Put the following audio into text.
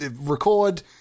record